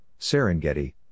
Serengeti